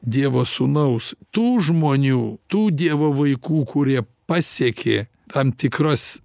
dievo sūnaus tų žmonių tų dievo vaikų kurie pasiekė tam tikras